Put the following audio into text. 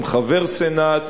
עם חבר סנאט,